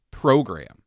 Program